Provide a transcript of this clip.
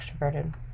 extroverted